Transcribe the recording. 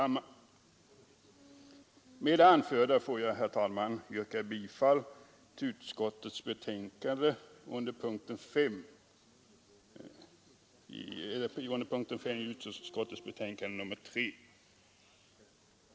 Med det anförda får jag, herr talman, yrka bifall till utskottets hemställan under punkten 5 i civilutskottets betänkande nr 3.